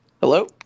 hello